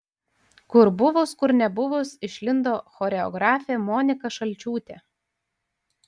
kur buvus kur nebuvus išlindo choreografė monika šalčiūtė